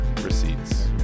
receipts